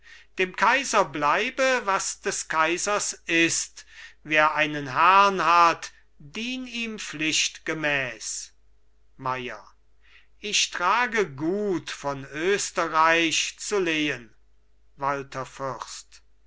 dem kaiser bleibe was des kaisers ist wer einen herrn hat dien ihm pflichtgemäss meier ich trage gut von österreich zu lehen